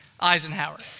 Eisenhower